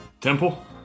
Temple